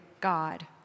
God